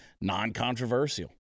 non-controversial